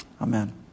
Amen